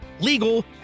legal